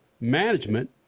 management